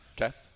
Okay